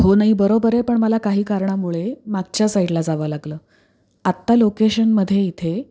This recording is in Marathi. हो नाही बरोबर आहे पण मला काही कारणामुळे मागच्या साईडला जावं लागलं आत्ता लोकेशनमध्ये इथे